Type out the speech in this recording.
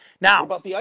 Now